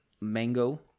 mango